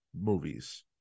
movies